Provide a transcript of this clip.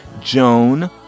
Joan